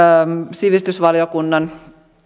sivistysvaliokunnan